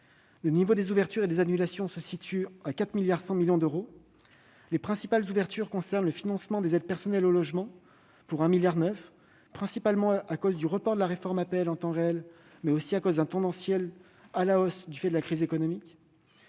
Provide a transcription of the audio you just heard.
Le niveau des ouvertures et des annulations s'établit à 4,1 milliards d'euros. Les principales ouvertures concernent : le financement des aides personnalisées au logement (APL), pour 1,9 milliard d'euros, du fait principalement du report de la réforme APL en temps réel, mais aussi d'une tendance à la hausse liée à la crise économique